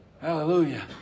Hallelujah